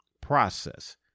process